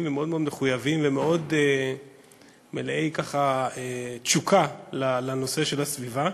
ומאוד מאוד מחויבים ומאוד מלאי תשוקה לנושא של הסביבה,